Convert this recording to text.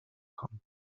kommen